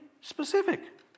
specific